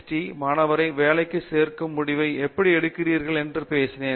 D மாணவரை வேலைக்கு சேர்க்கும் முடிவை எப்படி எடுக்கிறீர்கள் என்று பேசினேன்